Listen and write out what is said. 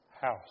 house